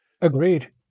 Agreed